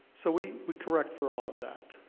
so we we correct for all of that.